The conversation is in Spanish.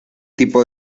tipo